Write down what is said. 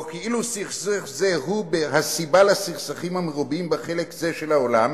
או כאילו סכסוך זה הוא הסיבה לסכסוכים המרובים בחלק זה של העולם,